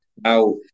Now